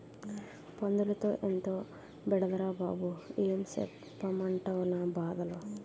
పందులతో ఎంతో బెడదరా బాబూ ఏం సెప్పమంటవ్ నా బాధలు